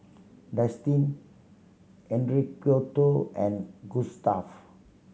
Destin Enriqueta and Gustaf